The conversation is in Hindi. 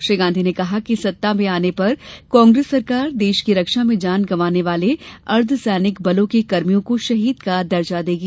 श्री गांधी ने कहा कि सत्ता में आने पर कांग्रेस सरकार देश की रक्षा में जान गंवाने वाले अर्द्धसैनिक बलों के कर्मियों को शहीद का दर्जा देगी